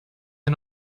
wir